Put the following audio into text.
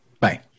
bye